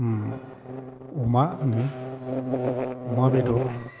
अमा होनो अमा बेदर